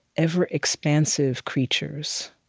ever-expansive creatures